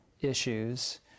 issues